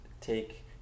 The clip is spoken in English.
take